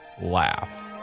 laugh